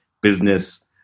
business